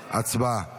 הצבעה.